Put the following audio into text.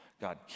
God